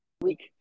week